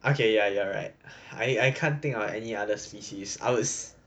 okay yeah you're right I I can't think of any other species I would